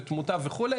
ותמותה וכו',